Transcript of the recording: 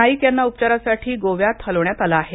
नाईक यांना उपचारांसाठी गोव्यात हलवण्यात आलं आहे